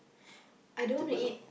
I don't want to eat